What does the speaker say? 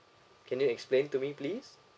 can you explain to me please